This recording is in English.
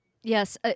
Yes